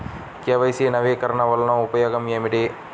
KYC నవీకరణ వలన ఉపయోగం ఏమిటీ?